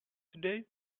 today